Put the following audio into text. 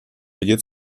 vidět